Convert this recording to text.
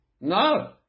No